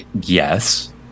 Yes